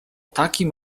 takim